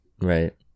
Right